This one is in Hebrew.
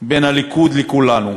בין הליכוד לכולנו.